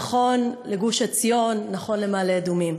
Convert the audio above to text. נכון לגוש-עציון ונכון למעלה-אדומים.